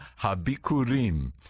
Habikurim